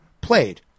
played